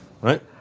Right